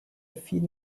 feed